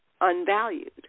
unvalued